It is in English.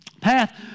path